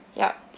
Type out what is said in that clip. yup